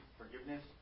forgiveness